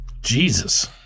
Jesus